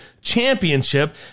Championship